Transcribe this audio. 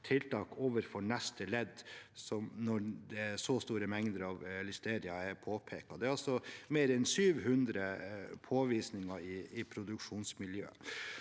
tiltak overfor neste ledd når så store mengder av listeria er påpekt. Det er altså mer enn 700 påvisninger i produksjonsmiljøet.